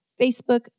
Facebook